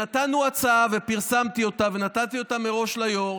נתנו הצעה ופרסמתי אותה ונתתי אותה מראש ליו"ר,